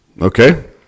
Okay